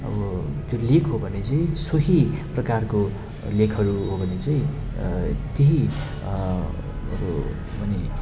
अब त्यो लेख हो भने चाहिँ सोही प्रकारका लेखहरू हो भने चाहिँ त्यही अब भने